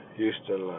Houston